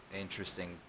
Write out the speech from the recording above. interesting